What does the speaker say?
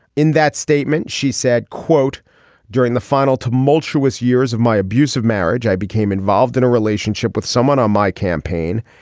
in that statement she said quote during the final tumultuous years of my abusive marriage i became involved in a relationship with someone on my campaign.